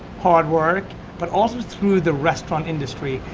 hard work but also through the restaurant industry.